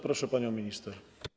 Proszę panią minister.